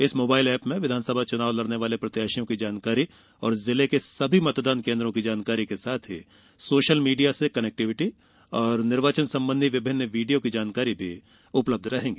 इस mobile app में विधानसभा चुनाव लड़ने वाले प्रत्याशियों की जानकारी जिले के सभी मतदान केन्द्रों की जानकारी के साथ ही सोशल मीडिया से कनेक्टिविटी और निर्वाचन संबंधी विभिन्न वीडियो की जानकारियां भी उपलब्ध है